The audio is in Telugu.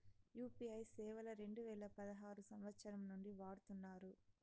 యూ.పీ.ఐ సేవలు రెండు వేల పదహారు సంవచ్చరం నుండి వాడుతున్నారు